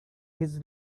his